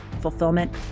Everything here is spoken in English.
fulfillment